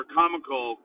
comical